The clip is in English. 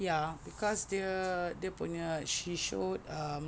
ya cause dia dia punya she showed ah